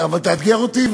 אבל תאתגר אותי,